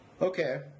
okay